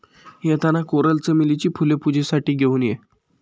येताना कोरल चमेलीची फुले पूजेसाठी घेऊन ये